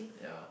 yeah